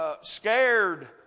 scared